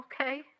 Okay